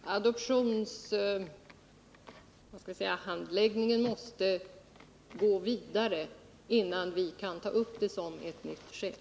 Herr talman! Handläggningen av adoptionsärendet måste gå vidare innan vi kan ta upp det som ett nytt skäl.